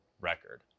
record